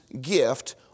gift